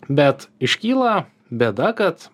bet iškyla bėda kad